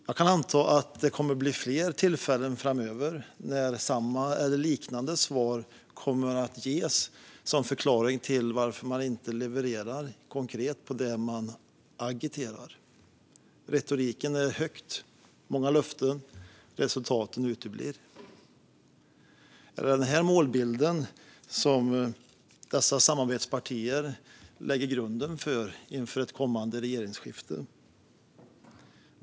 Jag kan anta att det kommer att bli fler tillfällen framöver då samma eller liknande svar ges som förklaring till att man inte levererar konkret på det man agiterar för. Retoriken är hög med många löften. Resultaten uteblir. Är det den målbilden som dessa samarbetspartier lägger grunden för inför ett kommande regeringsskifte?